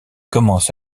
commencent